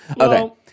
Okay